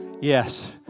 Yes